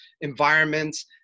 environments